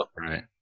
right